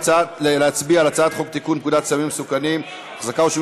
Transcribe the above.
לתיקון פקודת הסמים המסוכנים (החזקה או שימוש